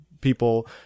people